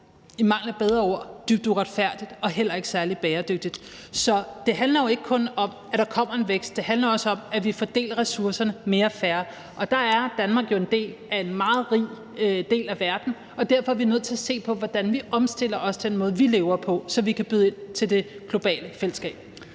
i mangel af bedre ord – er dybt uretfærdigt og heller ikke særlig bæredygtigt. Så det handler jo ikke kun om, at der kommer en vækst, det handler også om, at vi fordeler ressourcerne mere fair. Der er Danmark jo en del af en meget rig del af verden, og derfor er vi nødt til at se på, hvordan vi omstiller den måde, vi lever på, så vi kan byde ind til det globale fællesskab.